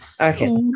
Okay